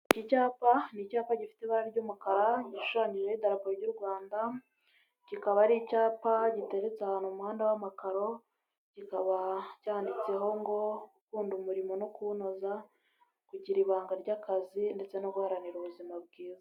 Iki cyapa, ni icyapa gifite ibara ry'umukara gishushanyijeho idarapo ry'uRwanda. Kikaba ari icyapa giteretse ahantu mu muhanda w'amakaro. Kikaba cyanditseho ngo, gukunda umurimo no kuwunoza, kugira ibanga ry'akazi, ndetse no guharanira ubuzima bwiza.